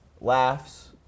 laughs